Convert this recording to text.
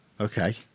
Okay